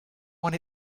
want